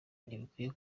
ntibikwiye